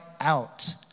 out